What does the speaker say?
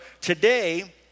today